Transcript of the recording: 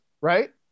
right